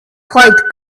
quite